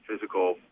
physical